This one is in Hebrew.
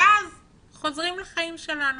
ואז חוזרים לחיים שלנו